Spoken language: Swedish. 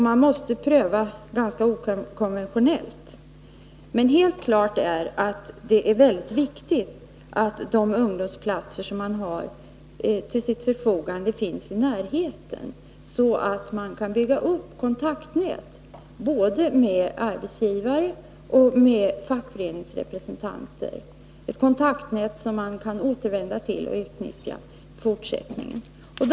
Man måste pröva ganska okonventionella vägar. Helt klart är emellertid att det är mycket viktigt att de ungdomsplatser som står till förfogande finns i närheten, så att man kan bygga upp kontaktnät både med arbetsgivaren och med fackföreningsrepresentanterna. I fortsättningen kan man återvända till och utnyttja detta kontaktnät.